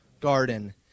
garden